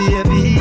Baby